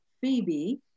Phoebe